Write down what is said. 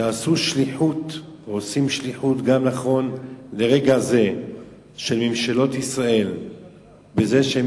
שעשו ועושים שליחות של ממשלות ישראל בכך שהם